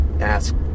ask